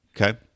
Okay